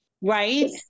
Right